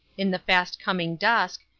in the fast coming dusk,